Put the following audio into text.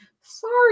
sorry